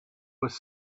was